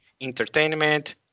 entertainment